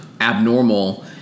abnormal